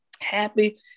happy